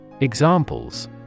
Examples